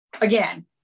again